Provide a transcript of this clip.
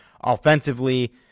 offensively